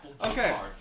Okay